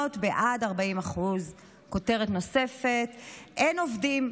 בעד 40%". כותרת נוספת: "אין עובדים,